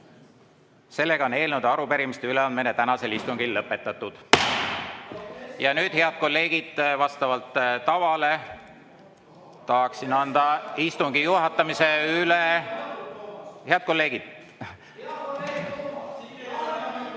Sellega on eelnõude ja arupärimiste üleandmine tänasel istungil lõpetatud. Ja nüüd, head kolleegid, vastavalt tavale tahaksin anda istungi juhatamise üle. (Saalis räägitakse läbisegi.)